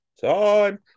Time